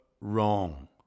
wrong